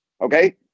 Okay